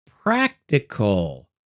practical